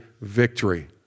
victory